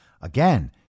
Again